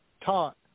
taught